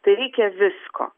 tai reikia visko